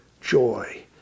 joy